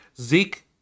Zeke